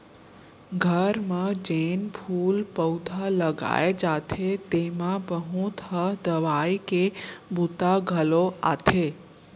घर म जेन फूल पउधा लगाए जाथे तेमा बहुत ह दवई के बूता घलौ आथे